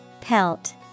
Pelt